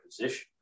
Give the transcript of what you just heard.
position